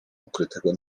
ukrytego